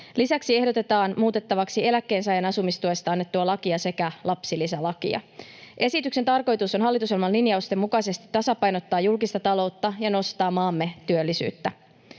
Lisäksi ehdotetaan muutettavaksi eläkkeensaajan asumistuesta annettua lakia sekä lapsilisälakia. Esityksen tarkoitus on hallitusohjelman linjausten mukaisesti tasapainottaa julkista taloutta ja nostaa maamme työllisyyttä.